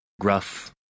gruff